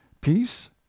Peace